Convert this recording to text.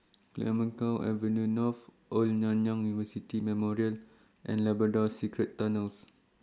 Clemenceau Avenue North Old Nanyang University Memorial and Labrador Secret Tunnels